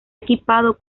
equipado